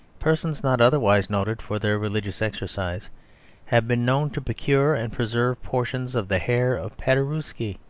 persons not otherwise noted for their religious exercise have been known to procure and preserve portions of the hair of paderewski.